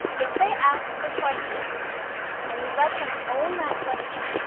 if they ask the question and you let them own that question,